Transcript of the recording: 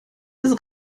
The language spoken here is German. ist